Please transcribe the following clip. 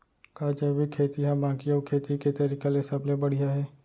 का जैविक खेती हा बाकी अऊ खेती के तरीका ले सबले बढ़िया हे?